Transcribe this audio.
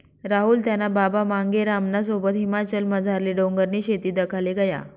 राहुल त्याना बाबा मांगेरामना सोबत हिमाचलमझारली डोंगरनी शेती दखाले गया